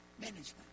management